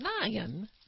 Nine